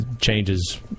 changes